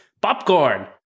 popcorn